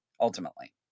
ultimately